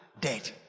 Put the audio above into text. dead